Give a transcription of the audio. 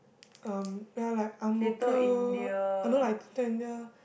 um ya like Ang-Mo-Kio uh you know like